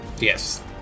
Yes